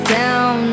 down